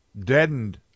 deadened